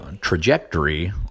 trajectory